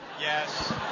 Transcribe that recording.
Yes